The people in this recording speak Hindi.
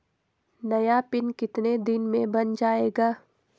नया पिन कितने दिन में बन जायेगा?